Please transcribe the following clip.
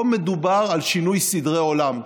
פה מדובר על שינוי סדרי עולם.